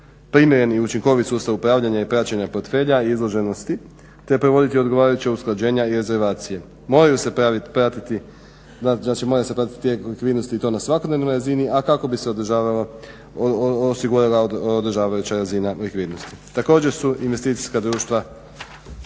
primjeren i učinkovit sustav upravljanja i praćenja portfelja izloženosti te provoditi odgovarajuća usklađenja i rezervacije. Moraju se pratiti likvidnost i to na svakodnevnoj razini, a kako bi se osigurala odgovarajuće razina likvidnosti. Također su investicijska društva